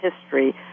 history